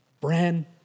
brand